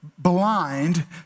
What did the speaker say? blind